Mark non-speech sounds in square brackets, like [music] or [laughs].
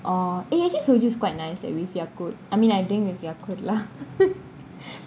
oh eh actually soju is quite nice eh with yakult I mean I drink with yakult lah [laughs]